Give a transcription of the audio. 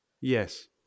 Yes